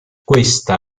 questa